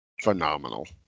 phenomenal